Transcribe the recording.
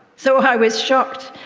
so i was shocked,